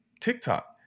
TikTok